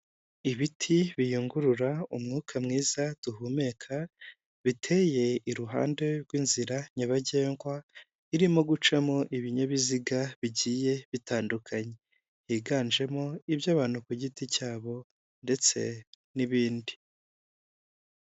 Ibiti biyungurura umwuka mwiza duhumeka, biteye iruhande rw'inzira nyabagendwa irimo gucamo ibinyabiziga bigiye bitandukanye, higanjemo iby'abantu ku giti cyabo ndetse n'ibindi.